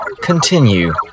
Continue